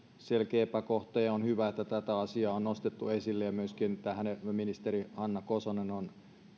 selkeä epäkohta ja on hyvä että tätä asiaa on nostettu esille myöskin ministeri hanna kosonen on